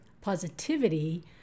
positivity